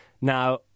Now